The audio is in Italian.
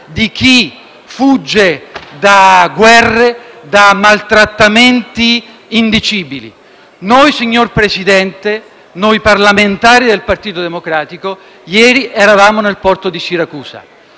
di chi fugge da guerre e da maltrattamenti indicibili. *(Applausi dal Gruppo PD)*. Signor Presidente, noi parlamentari del Partito Democratico ieri eravamo nel porto di Siracusa.